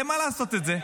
למה לעשות את זה?